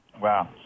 Wow